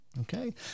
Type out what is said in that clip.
Okay